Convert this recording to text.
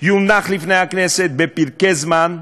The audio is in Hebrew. יונח לפני הכנסת בפרקי זמן,